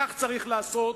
כך צריך לעשות,